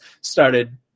started